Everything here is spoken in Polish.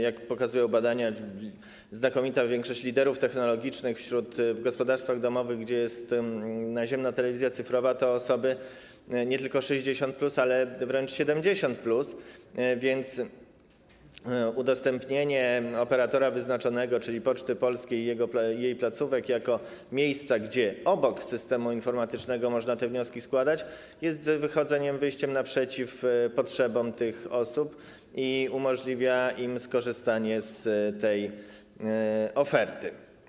Jak pokazują badania, znakomita większość liderów technologicznych w gospodarstwach domowych, gdzie jest naziemna telewizja cyfrowa, to osoby nie tylko 60+, ale wręcz 70+, więc wyznaczenie operatora, czyli Poczty Polskiej i jej placówek, jako miejsca, gdzie obok systemu informatycznego można składać te wnioski, jest wyjściem naprzeciw potrzebom tych osób i umożliwia im skorzystanie z tej oferty.